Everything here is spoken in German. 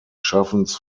schaffens